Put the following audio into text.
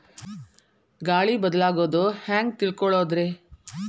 ಗಾಳಿ ಬದಲಾಗೊದು ಹ್ಯಾಂಗ್ ತಿಳ್ಕೋಳೊದ್ರೇ?